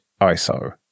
ISO